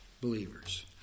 believers